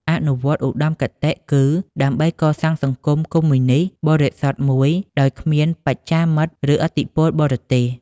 អនុវត្តឧត្តមគតិគឺ ដើម្បីកសាងសង្គមកុម្មុយនិស្តបរិសុទ្ធមួយដោយគ្មាន បច្ចាមិត្ត ឬឥទ្ធិពលបរទេស។